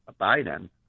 Biden